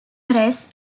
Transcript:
press